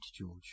George